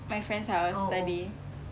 my friend's house tadi